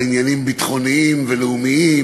על עניינים ביטחוניים ולאומיים,